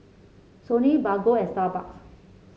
Sony Bargo and Starbucks